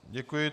Děkuji.